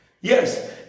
Yes